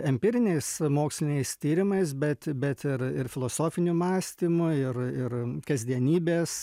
empiriniais moksliniais tyrimais bet bet ir ir filosofiniu mąstymu ir ir kasdienybės